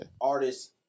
artists